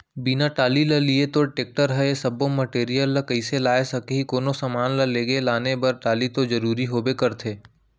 बिना टाली ल लिये तोर टेक्टर ह ए सब्बो मटेरियल ल कइसे लाय सकही, कोनो समान ल लेगे लाने बर टाली तो जरुरी होबे करथे